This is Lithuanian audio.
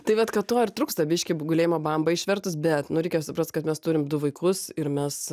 tai vat kad to ir trūksta biškį gulėjimo bambą išvertus bet nu reikia suprast kad mes turim du vaikus ir mes